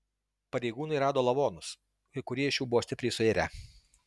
pareigūnai rado lavonus kai kurie iš jų buvo stipriai suirę